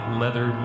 leather